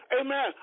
amen